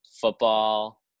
football